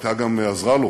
ובעיקר גם עזרה לו